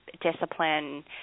discipline